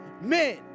men